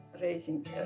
raising